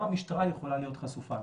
גם המשטרה יכולה להיות חשופה.